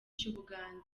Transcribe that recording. cy’ubugande